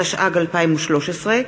התשע"ג 2013,